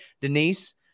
Denise